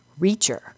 Reacher